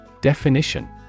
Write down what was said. Definition